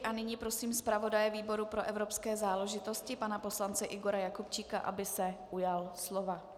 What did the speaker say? A nyní prosím zpravodaje výboru pro evropské záležitosti pana poslance Igora Jakubčíka, aby se ujal slova.